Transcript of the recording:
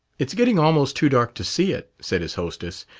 it's getting almost too dark to see it, said his hostess,